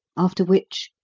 after which,